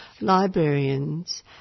librarians